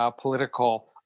political